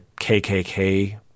KKK